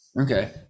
Okay